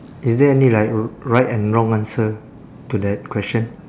is there any like r~ right and wrong answer to that question